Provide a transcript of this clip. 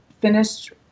finished